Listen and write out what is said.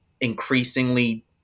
increasingly